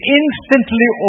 instantly